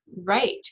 right